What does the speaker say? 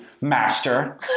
master